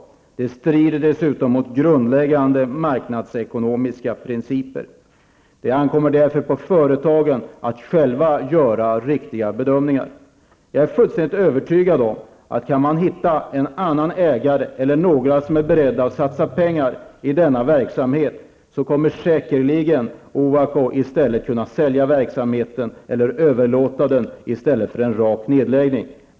Det strider dessutom mot grundläggande marknadsekonomiska principer. Det ankommer på företagen att själva göra riktiga bedömningar. Jag är fullständigt övertygad om att kan man hitta en annan ägare eller några som är beredda att satsa pengar i denna verksamhet kommer Ovako säkerligen att kunna sälja verksamheten eller överlåta den i stället för att bara helt enkelt lägga ned.